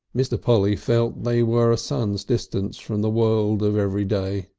mr. polly felt they were a sun's distance from the world of everyday.